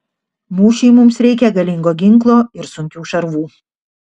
mūšiui mums reikia galingo ginklo ir sunkių šarvų